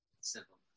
simple